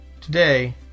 Today